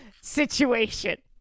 situation